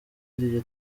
iryo